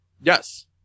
Yes